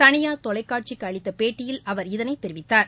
தளியார் தொலைக்காட்சிக்கு அளித்த பேட்டியில் அவர் இதனை தெரிவித்தார்